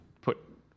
put